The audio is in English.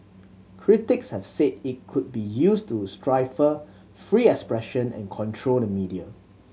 critics have said it could be used to stifle free expression and control the media